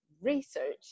research